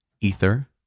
Ether